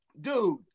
dude